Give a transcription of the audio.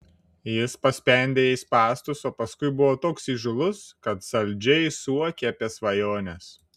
jis paspendė jai spąstus o paskui buvo toks įžūlus kad saldžiai suokė apie svajones